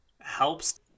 helps